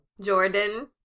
Jordan